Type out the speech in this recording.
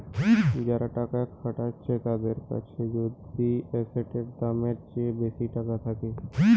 যারা টাকা খাটাচ্ছে তাদের কাছে যদি এসেটের দামের চেয়ে বেশি টাকা থাকে